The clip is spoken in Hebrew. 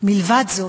מלבד זאת,